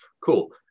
Cool